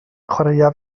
chwaraea